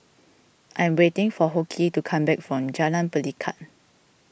I am waiting for Hoke to come back from Jalan Pelikat